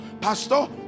Pastor